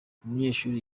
umunyeshuri